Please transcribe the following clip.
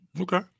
Okay